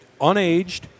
unaged